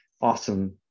awesome